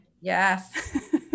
yes